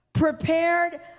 prepared